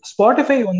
Spotify